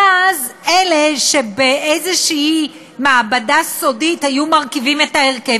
ואז אלה שנמצאים באיזה מעבדה סודית היו משנים את ההרכב,